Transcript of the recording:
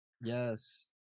Yes